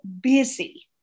busy